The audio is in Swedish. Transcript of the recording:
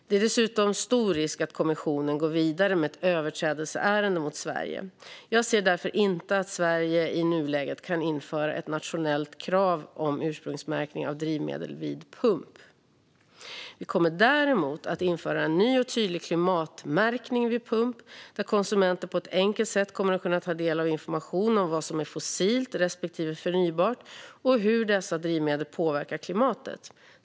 Det är dessutom stor risk att kommissionen går vidare med ett överträdelseärende mot Sverige. Jag ser därför inte att Sverige i nuläget kan införa ett nationellt krav om ursprungsmärkning av drivmedel vid pump. Vi kommer däremot att införa en ny och tydlig klimatmärkning vid pump, där konsumenter på ett enkelt sätt kommer att kunna ta del av information om vad som är fossilt respektive förnybart och hur dessa drivmedel påverkar klimatet.